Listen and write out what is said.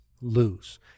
lose